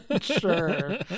Sure